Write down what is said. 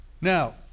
Now